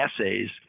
essays